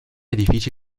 edifici